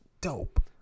dope